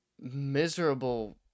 miserable